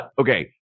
okay